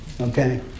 Okay